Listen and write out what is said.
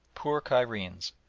poor cairenes!